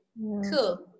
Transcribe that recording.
Cool